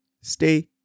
stay